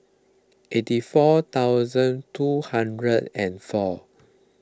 eighty four thousand two hundred and four